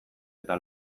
eta